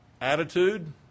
attitude